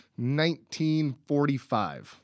1945